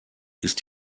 ist